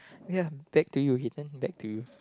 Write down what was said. ya back to he turn back to you